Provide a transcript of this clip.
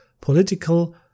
political